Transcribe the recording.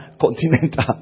Continental